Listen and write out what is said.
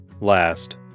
Last